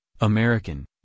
american